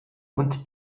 und